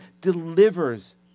delivers